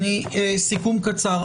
סיכום קצר.